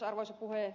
arvoisa puhemies